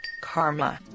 Karma